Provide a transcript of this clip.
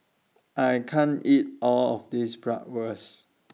I can't eat All of This Bratwurst